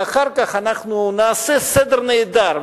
ואחר כך אנחנו נעשה סדר נהדר,